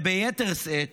וביתר שאת